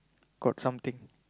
got something